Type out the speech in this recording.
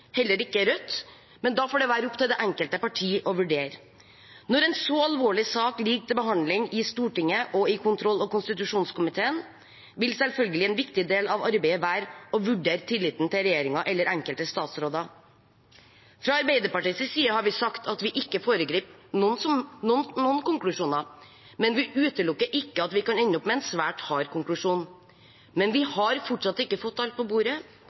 heller ikke Rødt, men det får være opp til det enkelte parti å vurdere. Når en så alvorlig sak ligger til behandling i Stortinget og i kontroll- og konstitusjonskomiteen, vil selvfølgelig en viktig del av arbeidet være å vurdere tilliten til regjeringen eller enkelte statsråder. Fra Arbeiderpartiets side har vi sagt at vi ikke foregriper noen konklusjoner, men vi utelukker ikke at vi kan ende opp med en svært hard konklusjon. Men vi har fortsatt ikke fått alt på bordet.